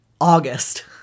August